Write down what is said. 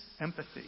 empathy